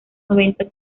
noventa